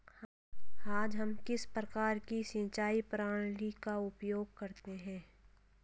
आज हम किस प्रकार की सिंचाई प्रणाली का उपयोग करते हैं?